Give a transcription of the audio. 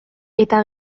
eta